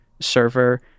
server